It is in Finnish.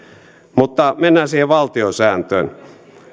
mutta mennään siihen valtiosääntöön